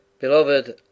Beloved